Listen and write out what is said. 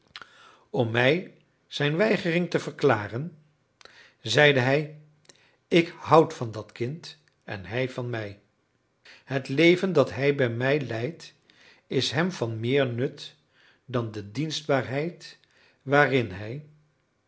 om mij zijn weigering te verklaren zeide hij ik houd van dat kind en hij van mij het leven dat hij bij mij leidt is hem van meer nut dan de dienstbaarheid waarin hij